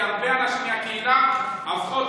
כי הרבה אנשים מהקהילה הפכו אותו לכזה.